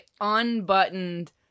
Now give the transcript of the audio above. unbuttoned